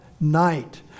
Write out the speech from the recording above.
night